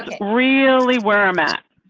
really where i'm at.